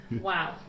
Wow